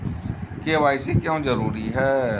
KYC क्यों जरूरी है?